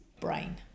brain